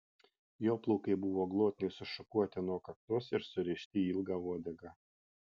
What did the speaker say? jo plaukai buvo glotniai sušukuoti nuo kaktos ir surišti į ilgą uodegą